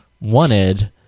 wanted